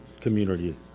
community